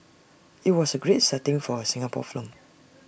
IT was A great setting for A Singapore film